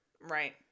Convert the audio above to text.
right